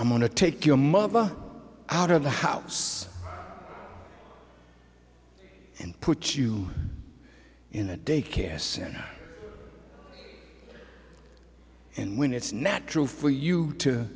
i'm going to take your mama out of the house and put you in a daycare center and when it's natural for you to